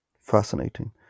Fascinating